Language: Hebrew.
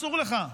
אסור לך,